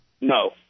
No